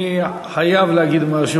אני חייב להגיד משהו.